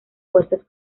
fuerzas